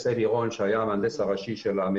אלי רון שהיה המהנדס הראשי של מ.ע.צ,